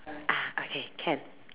ah okay can